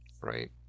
Right